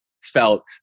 felt